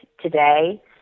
today